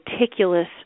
meticulous